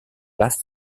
last